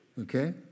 Okay